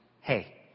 hey